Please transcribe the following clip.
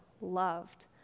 loved